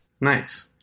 Nice